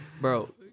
bro